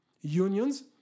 unions